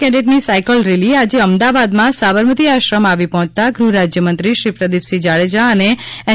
કેડેટની cycle rally આજે અમદાવાદમાં સાબરમતી આશ્રમ આવી પહોંચતા ગૃહ રાજ્યમંત્રી શ્રી પ્રદિપસિંહ જાડેજા અને એન